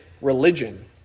religion